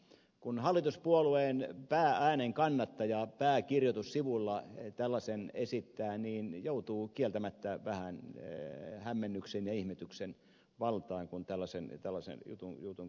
kun hallituspuolueen pää äänenkannattaja pääkirjoitussivulla tällaisen esittää niin joutuu kieltämättä vähän hämmennyksen ja ihmetyksen valtaan kun tällaisen jutun katsoo